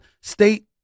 state